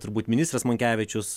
turbūt ministras monkevičius